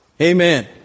Amen